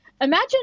imagine